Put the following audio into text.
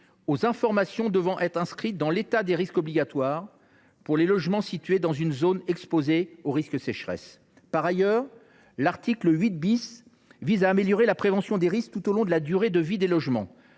les informations devant être inscrites dans l’état des risques obligatoire, pour les logements situés dans une zone exposée au risque de sécheresse. En parallèle, l’article 8 vise à renforcer la prévention des risques tout au long de la vie des logements.